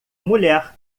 mulher